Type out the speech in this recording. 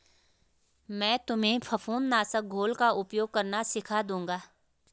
मैं तुम्हें फफूंद नाशक घोल का उपयोग करना सिखा दूंगा